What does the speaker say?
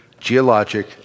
geologic